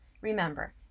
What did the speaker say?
remember